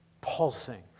pulsing